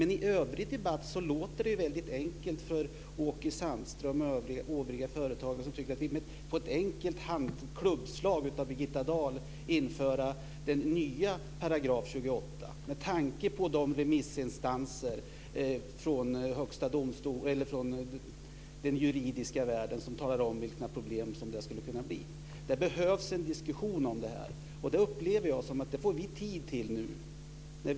I övrig debatt låter det väldigt enkelt. Åke Sandström och övriga företrädare tycker att vi med ett enkelt klubblag av Birgitta Dahl ska införa den nya 28 §. Det är inte enkelt med tanke på svaren från remissinstanser i den juridiska världen som talar om vilka problem som det skulle kunna bli. Det behövs en diskussion om detta. Jag upplever att vi nu får tid till det.